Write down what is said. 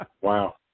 Wow